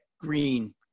green